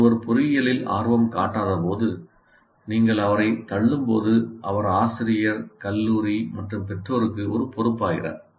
ஒருவர் பொறியியலில் ஆர்வம் காட்டாதபோது நீங்கள் அவரைத் தள்ளும்போது அவர் ஆசிரியர் கல்லூரி மற்றும் பெற்றோருக்கு ஒரு பொறுப்பாகிறார்